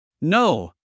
No